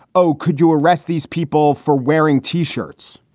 oh, could you arrest these people for wearing t-shirts?